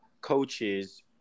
coaches